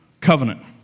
covenant